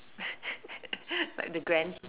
like the grand